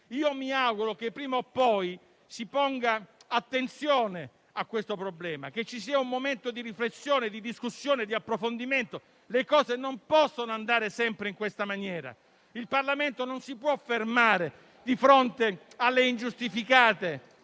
Mi auguro che prima o poi si ponga attenzione a questo problema e che ci sia un momento di riflessione, discussione e approfondimento. Le cose non possono andare sempre in questa maniera: il Parlamento non si può fermare di fronte alle ingiustificate